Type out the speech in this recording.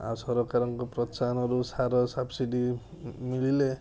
ଆଉ ସରକାରଙ୍କ ପ୍ରୋତ୍ସାହନରୁ ସାର ସବ୍ସିଡ଼ି ମିଳିଲେ